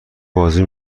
بازی